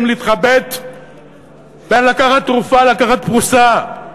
להתחבט בין לקחת תרופה לבין לקחת פרוסה.